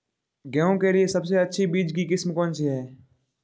गेहूँ के लिए सबसे अच्छी बीज की किस्म कौनसी है?